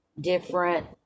different